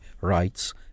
rights